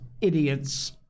idiot's